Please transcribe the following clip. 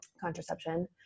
contraception